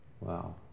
Wow